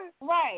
right